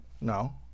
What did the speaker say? No